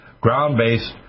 ground-based